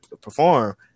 perform